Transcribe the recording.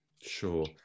Sure